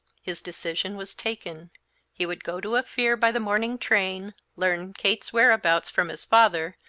his decision was taken he would go to ophir by the morning train, learn kate's whereabouts from his father,